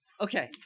okay